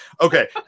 okay